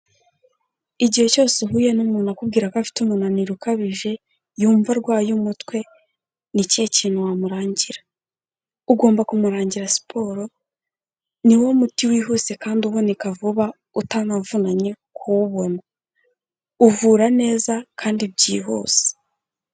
Igihe cyose uhuye n'umuntu akubwira ko afite umunaniro ukabije, yumva arwaye umutwe ni ikihe kintu wamurangira, ugomba kumurangira siporo ni wo muti wihuse kandi uboneka vuba utanavunanye kuwubona, uvura neza kandi byihuse.